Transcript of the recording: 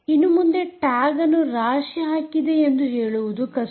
ಇನ್ನು ಮುಂದೆ ಟ್ಯಾಗ್ ಅನ್ನು ರಾಶಿ ಹಾಕಿದೆ ಎಂದು ಹೇಳುವುದು ಕಷ್ಟ